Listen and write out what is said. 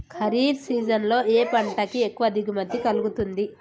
Kharif season లో ఏ పంట కి ఎక్కువ దిగుమతి కలుగుతుంది?